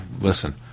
listen